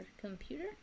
computer